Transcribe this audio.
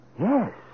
Yes